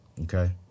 Okay